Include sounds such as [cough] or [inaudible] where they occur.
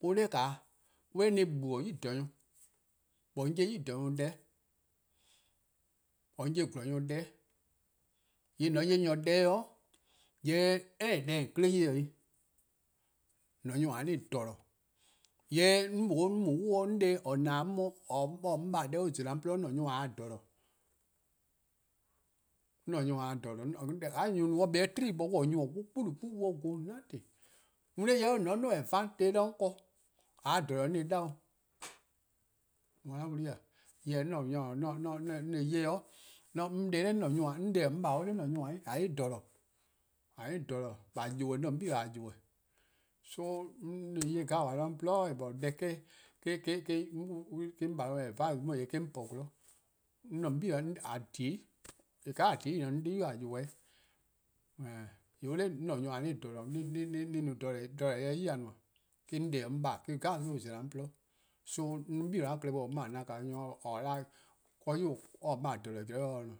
or 'dae:, 'on 'bor 'jle-dih eh, 'on 'ye nyor+-klaba'+ deh-', 'on 'ye :gwlor-nyor+ deh-'. :yee' :mor :on :taa nyor deh-' 'ye :yee' any deh se :on 'kle ye-dih-'. :mor-: nyor+-: a 'bor jeh-a. :yee' deh 'on mu-a 'on 'de :or :na-dih [hesitation] or :baa' deh on zela-a' 'on :gwluhuh' 'mor-: nyor-: :a se jeh, 'on mor-: nyor+-: :a :se-' jeh, :ka nyor+-a no-a an kpa 'o 'kpa ken 'de on mor-: nyor+-: an vorn 'kpuh-nu 'kpuh an vorn nothing, only :mor eh 'dhu :on 'duo: advantage 'do 'on ken 'de :a 'ye jeh :yee' 'on :se-eh 'da 'o. :an 'worn 'an wlu 'weh :e? 'On se-eh 'ye. [hesitation] 'on 'de-: 'on :baa' on 'da 'mor-: nyor+-: :a 'bor jeh-a. :a 'bor jeh-a, :a ybeh dih, 'mor-: 'on 'bei'-: :a ybeh-dih. So 'on se-eh 'ye gabaa 'do 'on :gwlii :eh :mor deh [hesitation] :eh-: 'on :baa' advice 'on eh-: 'on po 'o 'bluhbor-dih. [hesitation] :a :dhie: 'i, :yee' :ka :a :dhie: 'i :yee' mor 'on 'de-di :boi' :a ybeh-dih-'.:yee' on 'da :mor-: nyor+-: :a 'bor jeh deh, jeh-a se 'yi-dih nmor. Eh-: 'on 'de-: 'dekorn: 'on :baa' on zela: 'on :gwluhuh. So 'on 'bei'-a' klehkpeh :on 'mor :a na-' an nyor :or 'ye :ao' 'yu :daa or-: 'mor-: :a jeh-eh zean' 'o or se :ne.